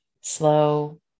slow